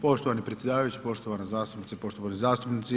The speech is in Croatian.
Poštovani predsjedavajući, poštovana zastupnice, poštovani zastupnici.